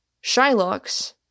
Shylock's